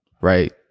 Right